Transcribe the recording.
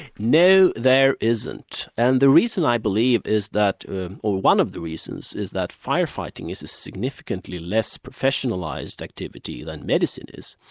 no, there isn't. and the reason i believe is that or one of the reasons is that firefighting is a significantly less professionalised activity than medicine is.